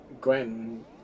Gwen